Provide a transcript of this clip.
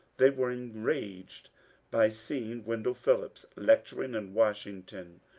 they were enraged by seeing wendell phillips lecturing in washington,